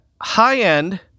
high-end